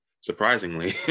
surprisingly